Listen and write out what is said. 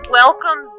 welcome